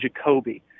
Jacoby